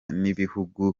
n’ibihugu